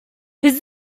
his